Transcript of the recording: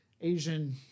Asian